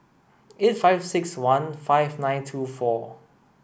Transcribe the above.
eight five six one five nine two four